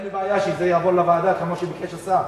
אין לי בעיה שזה יעבור לוועדה כמו שביקש השר,